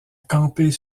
camper